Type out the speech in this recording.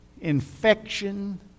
infection